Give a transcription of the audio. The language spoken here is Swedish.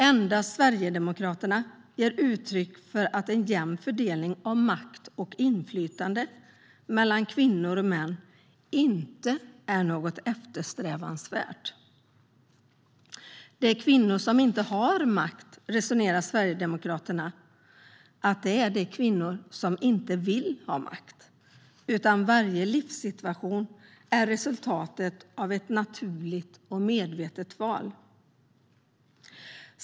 Endast Sverigedemokraterna ger uttryck för att en jämn fördelning av makt och inflytande mellan kvinnor och män inte är eftersträvansvärd. Sverigedemokraterna resonerar som att de kvinnor som inte har makt är kvinnor som inte vill ha makt, utan varje livssituation är resultatet av ett naturligt och medvetet val.